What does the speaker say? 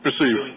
Received